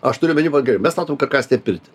aš turiu omeny va gerai mes matom karkasinę pirtį